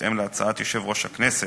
בהתאם להצעת יושב-ראש הכנסת,